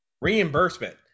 reimbursement